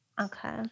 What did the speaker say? Okay